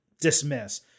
dismiss